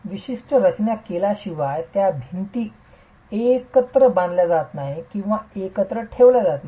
विशिष्ट रचना केल्याशिवाय या भिंती एकत्र बांधल्या जात नाहीत किंवा एकत्र ठेवल्या जात नाहीत